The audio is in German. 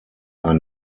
ein